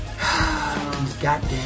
Goddamn